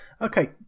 Okay